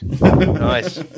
Nice